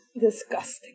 Disgusting